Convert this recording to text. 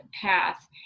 path